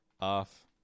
off